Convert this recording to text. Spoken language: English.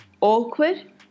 Awkward